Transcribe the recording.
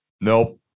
Nope